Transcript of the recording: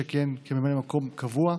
שכיהן כממלא מקום קבוע,